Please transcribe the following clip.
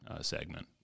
segment